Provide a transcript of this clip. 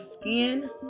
skin